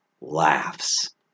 laughs